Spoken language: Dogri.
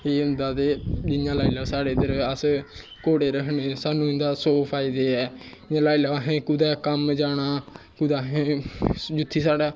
एह् होंदा ते इ'यां लाई लाओ साढ़े इद्धर घोड़े रक्खने सानू इं'दे सौ फायदे ऐं ते लाई लाओ असें कुदै कम्म जाना कुदै असें जित्थै साढ़ा